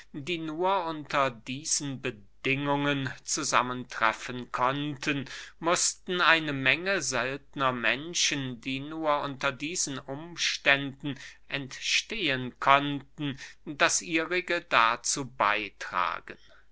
die nur unter diesen bedingungen zusammentreffen konnten mußten eine menge seltner menschen die nur unter diesen umständen entstehen konnten das ihrige dazu beytragen